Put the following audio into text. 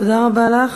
תודה רבה לך.